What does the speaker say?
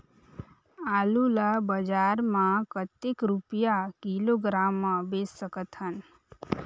आलू ला बजार मां कतेक रुपिया किलोग्राम म बेच सकथन?